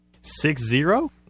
Six-zero